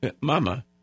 mama